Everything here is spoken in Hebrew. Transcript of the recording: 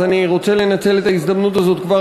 אני רוצה לנצל את ההזדמנות הזאת כבר